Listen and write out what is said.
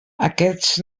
aquests